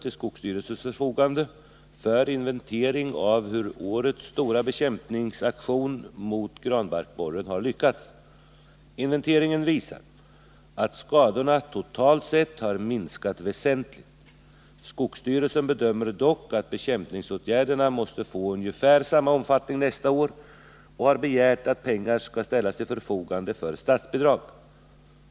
till skogsstyrelsens förfogande för inventering av hur årets stora bekämpningsaktion mot granbarkborren har lyckats. Inventeringen visar att skadorna totalt sett har minskat väsentligt. Skogsstyrelsen bedömer dock att bekämpningsåtgärderna måste få ungefär samma omfattning nästa år och har begärt att pengar skall ställas till förfogande för statsbidrag.